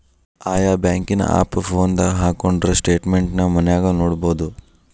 ಆಯಾ ಬ್ಯಾಂಕಿನ್ ಆಪ್ ಫೋನದಾಗ ಹಕ್ಕೊಂಡ್ರ ಸ್ಟೆಟ್ಮೆನ್ಟ್ ನ ಮನ್ಯಾಗ ನೊಡ್ಬೊದು